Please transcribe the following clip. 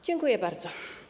Dziękuję bardzo.